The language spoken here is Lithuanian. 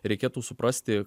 reikėtų suprasti